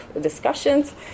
discussions